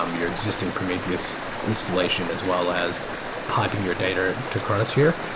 um your existing prometheus installation as well, as piping your data to chronosphere.